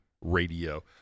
radio